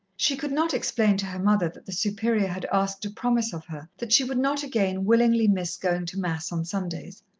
she could not explain to her mother that the superior had asked a promise of her that she would not again willingly miss going to mass on sundays.